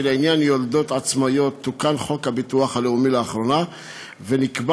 כי לעניין יולדות עצמאיות תוקן חוק הביטוח הלאומי לאחרונה ונקבע